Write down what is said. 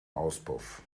auspuff